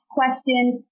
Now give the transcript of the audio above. questions